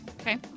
Okay